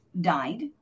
died